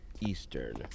Eastern